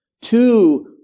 Two